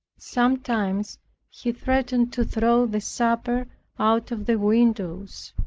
sometimes he threatened to throw the supper out of the windows.